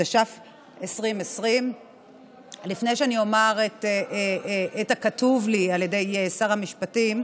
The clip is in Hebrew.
התש"ף 2020. לפני שאני אומר את הכתוב לי על ידי שר המשפטים: